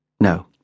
No